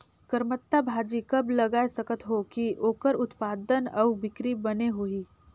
करमत्ता भाजी कब लगाय सकत हो कि ओकर उत्पादन अउ बिक्री बने होही?